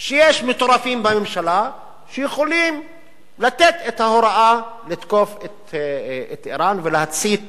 שיש מטורפים בממשלה שיכולים לתת את ההוראה לתקוף את אירן ולהצית